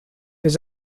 his